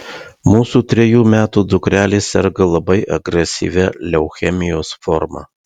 mūsų trejų metų dukrelė serga labai agresyvia leukemijos forma